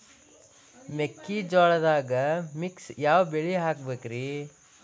ಮೆಕ್ಕಿಜೋಳದಾಗಾ ಮಿಕ್ಸ್ ಯಾವ ಬೆಳಿ ಹಾಕಬೇಕ್ರಿ?